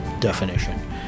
definition